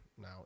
now